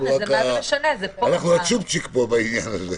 אנחנו הצ'ופצ'יק פה בעניין הזה.